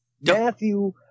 matthew